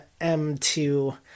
m2